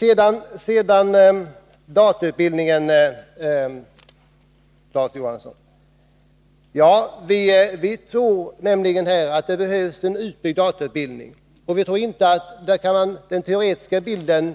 Vi tror, Larz Johansson, att det behövs en utbyggd datautbildning. Den teoretiska delen